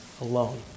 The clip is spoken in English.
alone